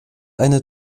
einer